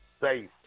safe